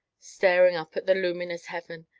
staring up at the luminous heaven,